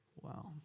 Wow